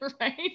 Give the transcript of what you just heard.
Right